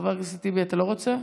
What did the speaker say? חבר הכנסת טיבי, אתה לא רוצה?